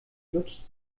lutscht